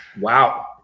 wow